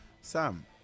Sam